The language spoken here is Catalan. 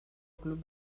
club